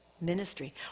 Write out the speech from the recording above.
ministry